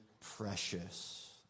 precious